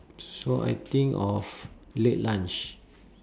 so I think of late lunch